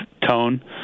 tone